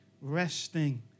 resting